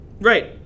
Right